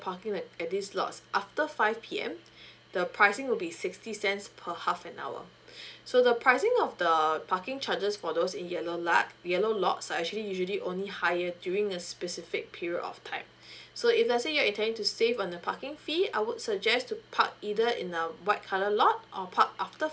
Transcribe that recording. parking at at this lots after five P_M the pricing will be sixty cents per half an hour so the pricing of the parking charges for those in yellow lat~ yellow lots are actually usually only higher during a specific period of time so if let's say you're intending to save on the parking fee I would suggest to park either in a white colour lot or park after